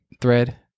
thread